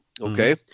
Okay